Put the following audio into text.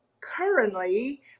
currently